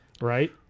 Right